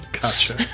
Gotcha